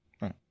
right